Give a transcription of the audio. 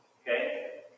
okay